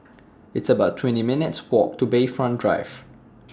It's about twenty one minutes' Walk to Bayfront Drive